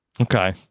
Okay